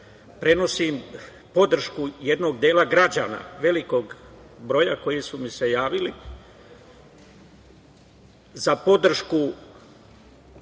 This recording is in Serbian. prenosim podršku jednog dela građana, velikog broja koji su mi se javili, za podršku